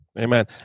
Amen